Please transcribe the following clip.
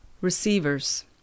Receivers